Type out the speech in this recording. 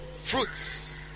Fruits